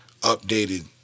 updated